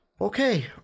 Okay